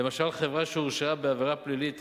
למשל חברה שהורשעה בעבירה פלילית אחת,